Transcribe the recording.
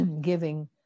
giving